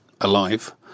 alive